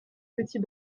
petit